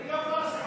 כל השיחות